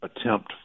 attempt